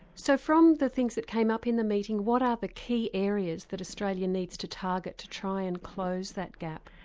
so from the things that came up in the meeting what are the key areas that australia needs to target to try and close that gap?